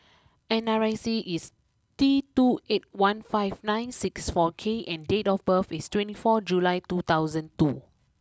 N R I C is T two eight one five nine six four K and date of birth is twenty four July two thousand two